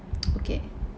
okay